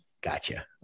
Gotcha